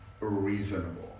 reasonable